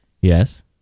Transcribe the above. Yes